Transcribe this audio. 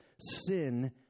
sin